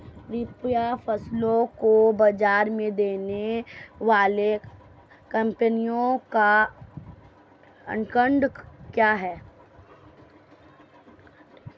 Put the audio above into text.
कृषि फसलों को बाज़ार में देने वाले कैंपों का आंकड़ा क्या है?